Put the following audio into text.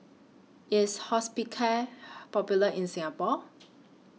IS Hospicare Popular in Singapore